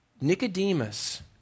Nicodemus